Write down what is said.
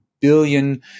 billion